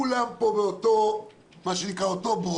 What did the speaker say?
כולם פה באותו ברוך,